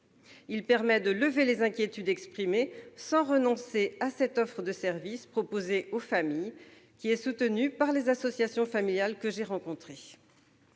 Cela permet de lever les inquiétudes exprimées sans renoncer à cette offre de services proposée aux familles ; celle-ci est soutenue par les associations familiales que j'ai rencontrées.